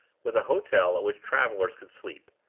with a hotel at which travelers could sleep.